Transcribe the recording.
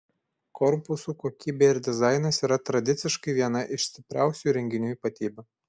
korpusų kokybė ir dizainas yra tradiciškai viena iš stipriausių įrenginių ypatybių